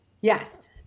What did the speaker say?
Yes